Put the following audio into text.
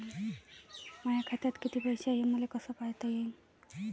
माया खात्यात कितीक पैसे हाय, हे मले कस पायता येईन?